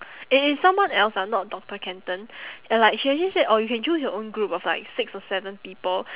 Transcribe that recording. it is someone else ah not doctor kanthan and like she actually said you can choose your own group of like six or seven people